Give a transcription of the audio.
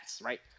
right